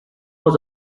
was